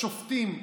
בשופטים,